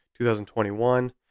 2021